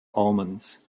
omens